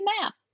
map